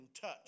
touch